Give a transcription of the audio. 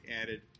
added